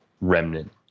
remnant